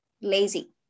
lazy